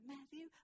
Matthew